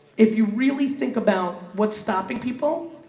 if you really think about what stopping people,